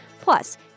Plus